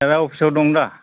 सार आ अफिस आव दं दा